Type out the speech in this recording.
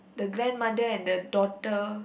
the grandmother and the daughter